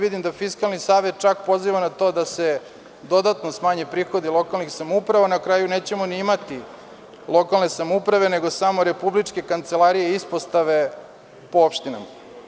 Vidim da Fiskalni savet čak poziva na to da se dodatno smanje prihodi lokalnih samouprava, na kraju nećemo ni imati lokalne samouprave nego samo republičke kancelarije i ispostave po opštinama.